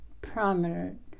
prominent